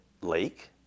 Lake